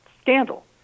scandal